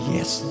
Yes